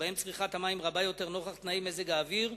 שבהם צריכת המים רבה יותר עקב תנאי מזג האוויר,